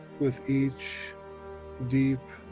with each deep,